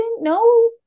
No